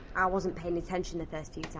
i wasn't paying attention the first few times.